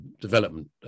development